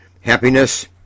happiness